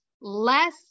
less